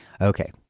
Okay